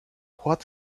what